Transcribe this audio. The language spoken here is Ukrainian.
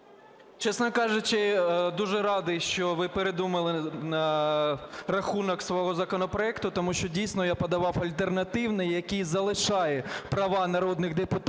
Чесно кажучи, дуже радий, що ви передумали на рахунок свого законопроекту, тому що, дійсно, я подавав альтернативний, який залишає права народних депутатів